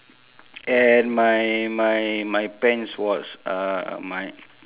and my my my pants was uh my